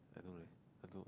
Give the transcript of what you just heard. like no leh I don't